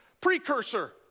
precursor